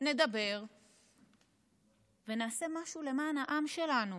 נדבר ונעשה משהו למען העם שלנו